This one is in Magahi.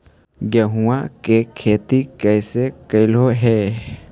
गेहूआ के खेती कैसे कैलहो हे?